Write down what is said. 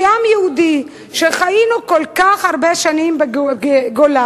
כעם יהודי חיינו כל כך הרבה שנים בגולה,